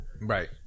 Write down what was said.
Right